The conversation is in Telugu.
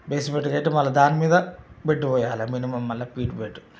బేస్మెంట్ కట్టి మళ్ళా దాని మీద బిట్టు పోయాలి మినిమమ్ మళ్ళా ఫిట్మెంట్